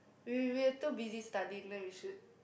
we were too busy studying then we should